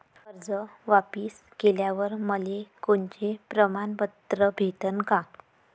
कर्ज वापिस केल्यावर मले कोनचे प्रमाणपत्र भेटन का?